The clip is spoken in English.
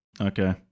Okay